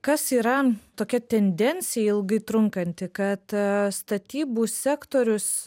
kas yra tokia tendencija ilgai trunkanti kad statybų sektorius